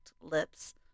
lips